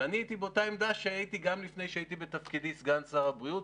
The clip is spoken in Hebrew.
שאני הייתי באותה עמדה שהייתי גם לפני שהייתי בתפקידי סגן שר הבריאות,